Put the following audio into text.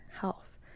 health